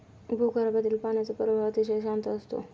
भूगर्भातील पाण्याचा प्रवाह अतिशय शांत असतो